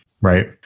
right